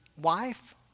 wife